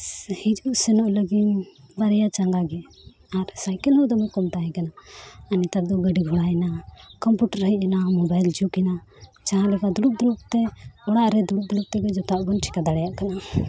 ᱦᱤᱡᱩᱜᱼᱥᱮᱱᱚᱜ ᱞᱟᱹᱜᱤᱫ ᱵᱟᱨᱭᱟ ᱪᱟᱸᱜᱟᱜᱮ ᱟᱨ ᱥᱟᱭᱠᱮᱞᱦᱚᱸ ᱫᱚᱢᱮ ᱠᱚᱢ ᱛᱟᱦᱮᱸ ᱠᱟᱱᱟ ᱟᱨ ᱱᱮᱛᱟᱨᱫᱚ ᱜᱟᱹᱰᱤ ᱜᱷᱚᱲᱟᱭᱮᱱᱟ ᱠᱚᱢᱯᱤᱭᱩᱴᱟᱨ ᱦᱮᱡ ᱮᱱᱟ ᱢᱳᱵᱟᱭᱤᱞ ᱡᱩᱜᱽ ᱮᱱᱟ ᱡᱟᱦᱟᱸᱞᱮᱠᱟ ᱫᱩᱲᱩᱵᱼᱫᱩᱲᱩᱵᱛᱮ ᱚᱲᱟᱜᱨᱮ ᱫᱩᱲᱩᱵᱼᱫᱩᱲᱩᱵ ᱛᱮᱜᱮ ᱡᱚᱛᱚᱣᱟᱜ ᱵᱚᱱ ᱪᱤᱠᱟᱹ ᱫᱟᱲᱮᱭᱟᱜ ᱠᱟᱱᱟ